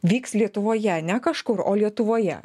vyks lietuvoje ne kažkur o lietuvoje